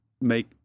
make